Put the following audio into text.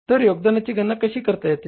तर योगदानाची गणना कशी करता येते